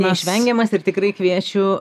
neišvengiamas ir tikrai kviečiu